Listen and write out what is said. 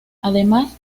además